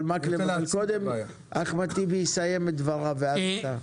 אבל קודם אחמד טיבי יסיים את דבריו ואז אתה תדבר.